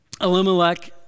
Elimelech